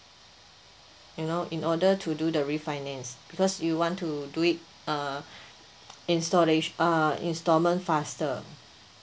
you know in order to do the refinance because you want to do it uh installation uh instalment faster